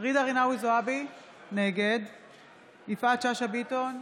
ג'ידא רינאוי זועבי, נגד יפעת שאשא ביטון,